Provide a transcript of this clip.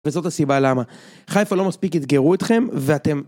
וזאת הסיבה למה חיפה לא מספיק אתגרו אתכם ואתם